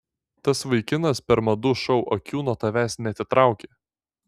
tas vaikinas per madų šou akių nuo tavęs neatitraukė